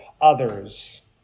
others